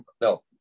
No